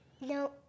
No